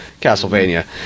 Castlevania